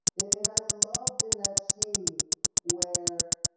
and i loved in that scene where